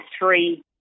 three